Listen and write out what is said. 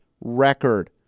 record